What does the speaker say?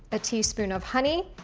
a teaspoon of honey,